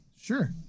sure